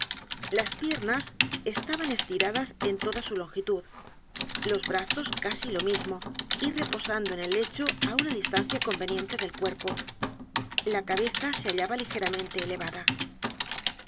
las piernas estaban estiradas en toda su longitud los brazos casi lo mismo y reposando en el lecho á u n a distancia conveniente del cuerpo la cabeza se hallaba ligeramente elevada